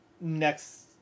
next